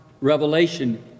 revelation